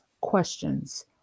questions